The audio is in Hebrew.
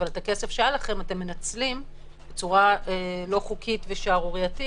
אבל את הכסף שהיה לכם אתם מנצלים בצורה לא חוקית ושערורייתית